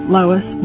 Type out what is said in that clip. Lois